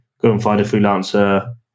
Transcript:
go-and-find-a-freelancer